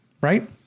right